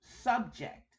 subject